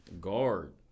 Guard